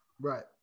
Right